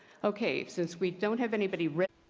okay. since we don't have anybody ready